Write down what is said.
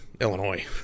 Illinois